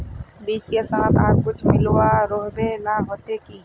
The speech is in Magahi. बीज के साथ आर कुछ मिला रोहबे ला होते की?